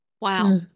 Wow